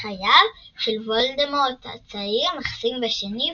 חייו של וולדמורט הצעיר נחשפים בשני ובשישי,